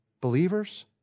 Believers